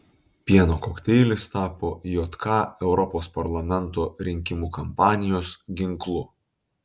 pieno kokteilis tapo jk europos parlamento rinkimų kampanijos ginklu